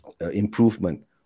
improvement